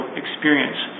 experience